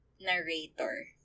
narrator